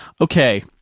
okay